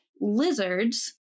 Lizards